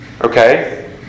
Okay